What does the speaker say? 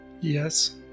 Yes